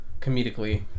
comedically